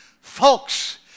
Folks